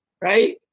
right